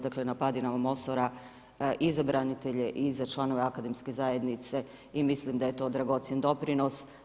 Dakle na padinama Mosora i za branitelje i za članove akademske zajednice i mislim da je to dragocjen doprinos.